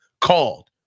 Called